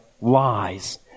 lies